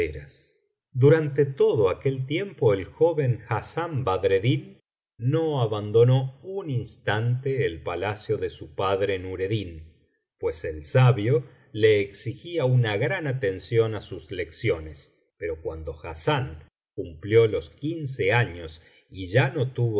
durante todo aquel tiempo el joven hassán badreddin no abandonó un instante el palacio de su padre nuredcün pues el sabio le exigía una gran atención á sus lecciones pero cuando hassán cumplió los quince años y ya no tuvo